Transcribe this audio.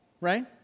Right